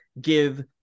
give